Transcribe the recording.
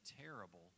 terrible